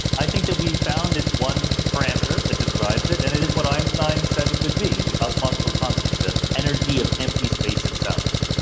i think that we've found is one parameter that describes it, and it is what einstein said it could be, the cosmological constant, the energy of empty space itself.